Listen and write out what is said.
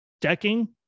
decking